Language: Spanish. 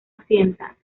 occidental